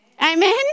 Amen